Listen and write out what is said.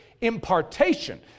impartation